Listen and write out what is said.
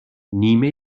نیمه